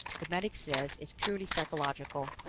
the medic says it's purely psychological.